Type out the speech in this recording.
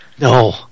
No